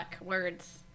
words